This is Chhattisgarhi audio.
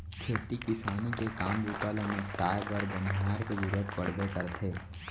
खेती किसानी के काम बूता ल निपटाए बर बनिहार के जरूरत पड़बे करथे